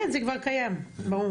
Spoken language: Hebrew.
כן, זה כבר קיים, ברור.